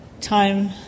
time